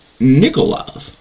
Nikolov